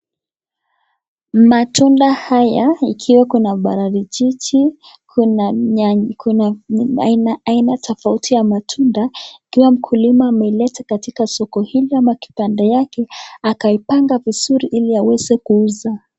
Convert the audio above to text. Matunda haya ikiwa kuna parachichi, kuna aina tofauti ya matunda, ikiwa mkulima ameileta katika soko hili ama kibanda yake, akaipanga vizuri ili aweze kuuza.